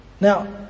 Now